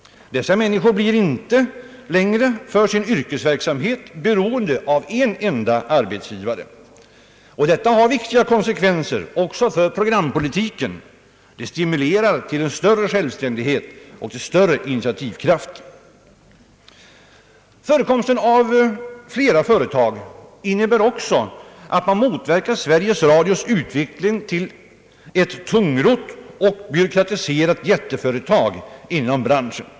Dessa människor blir inte längre för sin yrkesverksamhet beroende av en enda arbetsgivare. Och detta har viktiga konsekvenser också för programpolitiken, det stimulerar till en större självständighet och till större initiativkraft. Förekomsten av flera företag innebär också att man motverkar Sveriges Radios utveckling till ett tungrott och byråkratiserat jätteföretag inom branschen.